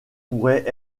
pourrait